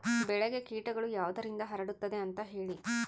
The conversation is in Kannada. ಬೆಳೆಗೆ ಕೇಟಗಳು ಯಾವುದರಿಂದ ಹರಡುತ್ತದೆ ಅಂತಾ ಹೇಳಿ?